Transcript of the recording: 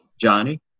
Johnny